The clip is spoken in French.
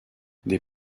des